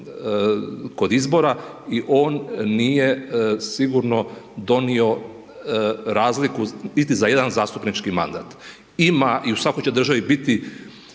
kod izbora i on nije sigurno donio razliku niti za jedan zastupnički mandat. Ima i u svakoj će državi biti